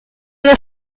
que